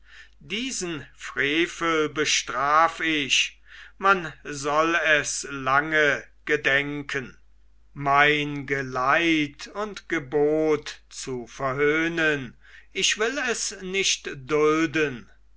diesen frevel bestraf ich man soll es lange gedenken mein geleit und gebot zu verhöhnen ich will es nicht dulden